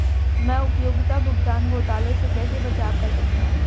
मैं उपयोगिता भुगतान घोटालों से कैसे बचाव कर सकता हूँ?